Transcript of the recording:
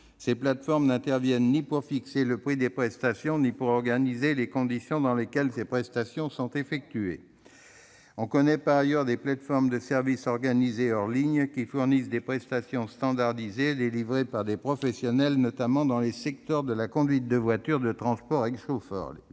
Ces plateformes n'interviennent ni pour fixer le prix des prestations ni pour organiser les conditions dans lesquelles ces prestations sont effectuées. On connaît, par ailleurs, des plateformes de services organisés hors ligne, qui fournissent des prestations standardisées délivrées par des professionnels, notamment dans les secteurs de la conduite de voitures de transport avec chauffeur